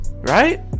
Right